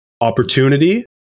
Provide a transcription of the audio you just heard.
opportunity